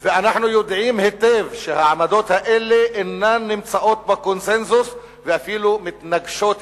ואנחנו יודעים היטב שהעמדות האלה אינן בקונסנזוס ואפילו מתנגשות בו.